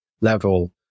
level